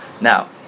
now